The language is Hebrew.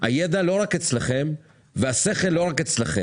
הידע הוא לא רק אצלכם, השכל לא רק אצלכם,